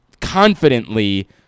confidently